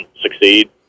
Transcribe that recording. succeed